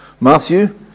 Matthew